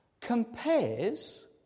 compares